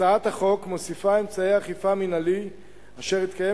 הצעת החוק מוסיפה אמצעי אכיפה מינהלי אשר יתקיים